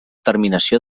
terminació